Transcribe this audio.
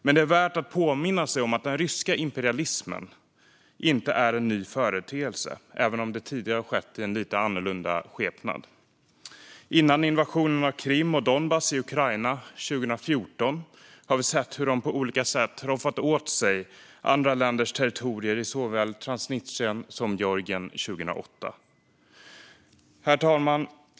Men det är värt att påminna sig om att den ryska imperialismen inte är en ny företeelse, även om det tidigare har framträtt i en lite annorlunda skepnad. Före invasionen av Krim och Donbass i Ukraina 2014 såg vi hur de på olika sätt roffade åt sig andra länders territorier i såväl Transnistrien som Georgien 2008. Herr talman!